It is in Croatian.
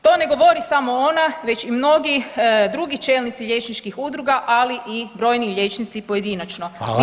To ne govori samo ona već i mnogi drugi čelnici liječničkih udruga, ali i brojni liječnici pojedinačno.